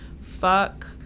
Fuck